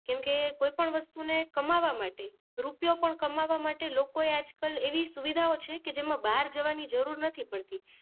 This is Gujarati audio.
કેમકે કોઈપણ વસ્તુને કમાવા માટે રૂપિયો પણ કમાવા માટે લોકો એ આજકલ એવી સુવિધાઓ છે કે જેમાં બહાર જવાની જરૂર નથી પડતી